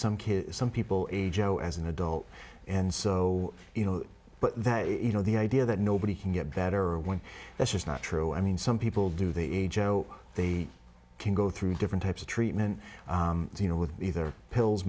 kid some people age oa as an adult and so you know but that you know the idea that nobody can get better when that's just not true i mean some people do the a job they can go through different types of treatment you know with either pills